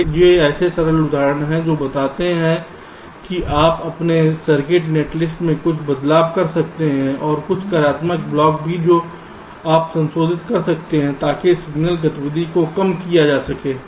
तो ये कुछ सरल उदाहरण हैं जो बताते हैं कि आप अपने सर्किट नेटलिस्ट में कुछ बदलाव कर सकते हैं और कुछ कार्यात्मक ब्लॉक भी जो आप संशोधित कर सकते हैं ताकि सिग्नल गतिविधियों को कम किया जा सके